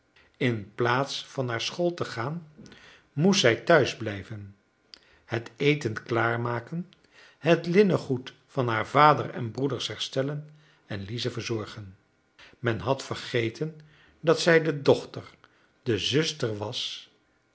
inplaats van naar school te gaan moest zij tehuis blijven het eten klaarmaken het linnengoed van haar vader en broeders herstellen en lize verzorgen men had vergeten dat zij de dochter de zuster was